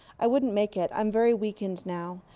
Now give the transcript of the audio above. i wouldn't make it. i'm very weakened now.